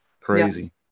crazy